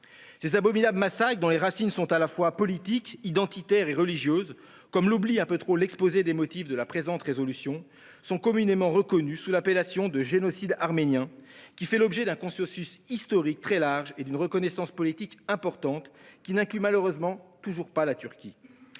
Ces abominables massacres, dont les racines sont à la fois politiques, identitaires et religieuses, ce qui est un peu trop oublié dans l'exposé des motifs de la présente proposition de résolution, sont communément reconnus sous l'appellation de « génocide arménien » et ont fait l'objet d'un consensus historique très large et d'une reconnaissance politique importante, qui n'incluent malheureusement toujours pas la Turquie.